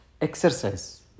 exercise